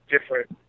different